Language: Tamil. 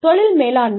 தொழில் மேலாண்மை